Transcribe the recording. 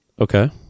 okay